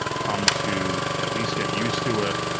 come to at least get used to it.